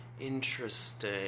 Interesting